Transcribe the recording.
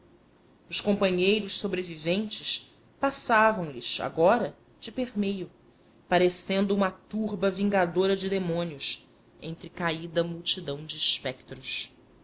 os companheiros sobreviventes passavam lhes agora de permeio parecendo uma turba vingadora de demônios entre caída multidão de espectros